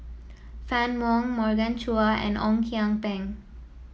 Fann Wong Morgan Chua and Ong Kian Peng